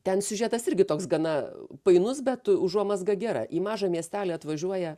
ten siužetas irgi toks gana painus bet užuomazga gera į mažą miestelį atvažiuoja